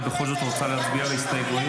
את בכל זאת רוצה להצביע על ההסתייגויות?